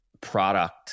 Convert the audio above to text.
product